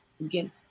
again